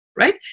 right